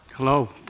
Hello